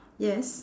yes